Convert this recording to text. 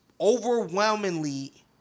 overwhelmingly